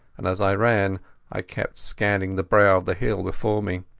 and as i ran i kept scanning the brow of the hill before me.